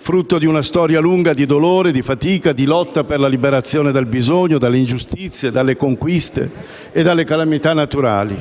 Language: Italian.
frutto di una storia lunga di dolore, di fatica, di lotta per le conquiste e per la liberazione dal bisogno, dalle ingiustizie e dalle calamità naturali.